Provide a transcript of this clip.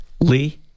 Lee